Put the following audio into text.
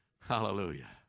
Hallelujah